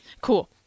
cool